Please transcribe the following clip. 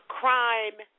crime